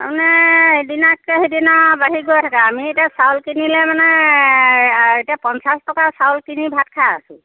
তাৰমানে ইদিনাতকৈ সিদিনা বাঢ়ি গৈ থাকে আমি চাউল কিনিলে মানে এতিয়া পঞ্চাছ টকা চাউল কিনি ভাত খাই আছো